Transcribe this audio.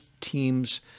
teams